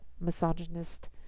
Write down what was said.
misogynist